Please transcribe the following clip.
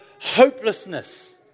hopelessness